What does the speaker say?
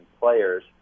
players